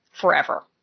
forever